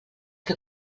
que